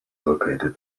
located